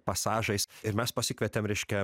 pasažais ir mes pasikvietėm ryškia